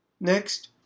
Next